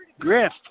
Griff